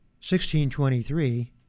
1623